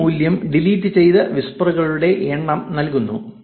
ഈ മൂല്യം ഡിലീറ്റ് ചെയ്ത വിസ്പറുകളുടെ എണ്ണം നൽകുന്നു